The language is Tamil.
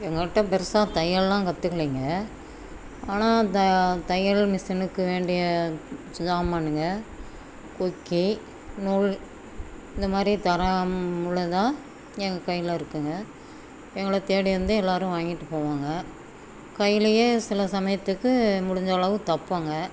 எங்கள்கிட்ட பெரிசா தையல்லாம் கற்றுக்கலைங்க ஆனால் த தையல் மிஷினுக்கு வேண்டிய ஜாமானுங்கள் கொக்கி நூல் இந்த மாதிரி தரமுள்ளதாக என் கையில் இருக்குதுங்க எங்களைத் தேடி வந்து எல்லோரும் வாங்கிட்டுப் போவாங்க கைலயே சில சமயத்துக்கு முடிஞ்ச அளவு தைப்போங்க